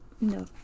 No